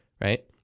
right